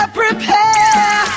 prepare